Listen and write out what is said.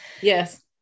Yes